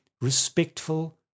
respectful